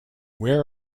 where